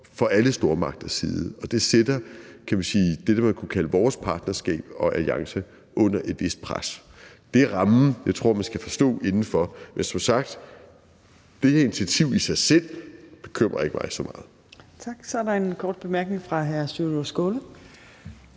fra alle stormagters side. Det sætter det, man kunne kalde vores partnerskab og alliance, under et vist pres. Det er den ramme, som jeg tror man skal forstå det inden for. Men som sagt: Det her initiativ i sig selv bekymrer ikke mig så meget. Kl. 18:18 Fjerde næstformand (Trine Torp): Tak.